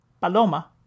Paloma